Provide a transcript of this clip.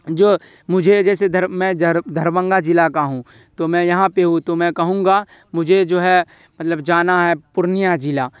جو مجھے جیسے میں جر دھربھنگہ ضلع کا ہوں تو میں یہاں پہ ہوں تو میں کہوں گا مجھے جو ہے مطلب جانا ہے پورنیہ ضلع